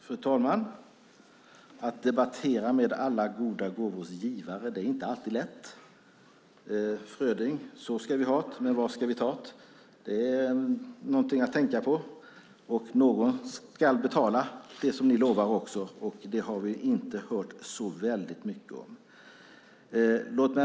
Fru talman! Att debattera med alla goda gåvors givare är inte alltid lätt. Fröding sade: Så ska vi hat, man var ska vi tat? Det är någonting att tänka på. Någon ska också betala det ni lovar. Det har vi inte hört så väldigt mycket om.